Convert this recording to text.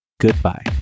goodbye